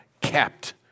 kept